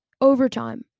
overtime